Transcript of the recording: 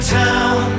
town